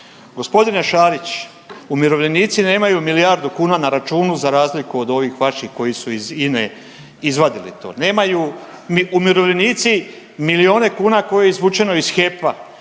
238., g. Šarić umirovljenici nemaju milijardu kuna na računu za razliku od ovih vaših koji su iz INA-e izvadili to, nemaju ni umirovljenici milione kuna koji je izvučeno iz HEP-a